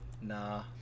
nah